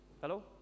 Hello